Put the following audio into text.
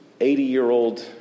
80-year-old